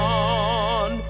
on